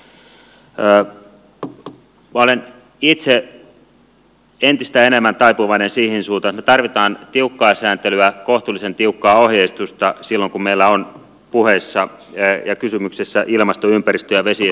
minä olen itse entistä enemmän taipuvainen siihen suuntaan että me tarvitsemme tiukkaa sääntelyä kohtuullisen tiukkaa ohjeistusta silloin kun meillä on puheissa ja kysymyksessä ilmasto ympäristö ja vesistönsuojeluasiat